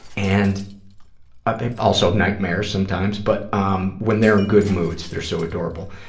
and also nightmares sometimes, but um when they're in good moods they're so adorable,